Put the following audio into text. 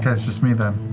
it's just me then,